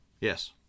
yes